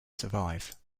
survive